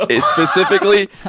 Specifically